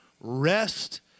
rest